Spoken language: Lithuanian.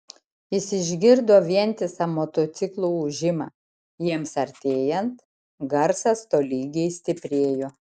jis išgirdo vientisą motociklų ūžimą jiems artėjant garsas tolygiai stiprėjo